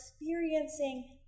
experiencing